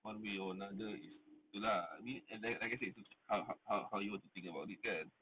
one way or another is good lah I mean I guess it's how how how you want to think about it kan